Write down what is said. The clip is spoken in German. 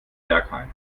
bergheim